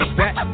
back